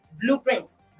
blueprints